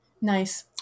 nice